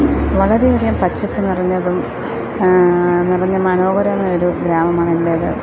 വളരെയധികം പച്ചപ്പ് നിറഞ്ഞതും നിറഞ്ഞ മനോഹരമായ ഒരു ഗ്രാമമാണ് എൻ്റെത്